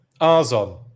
Arzon